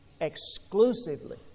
exclusively